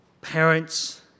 parents